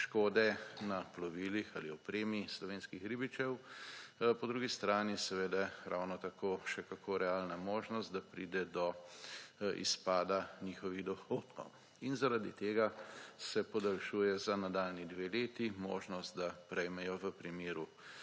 škode na plovilih ali opremi slovenskih ribičev, po drugi strani ravno tako še kakor realna možnost, da pride do izpada njihovih dohodkov. Zaradi tega se podaljšuje za nadaljnji dve leti možnost, da prejmejo v primeru